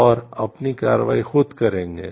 और अपनी कार्रवाई खुद करेंगे